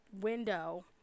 Window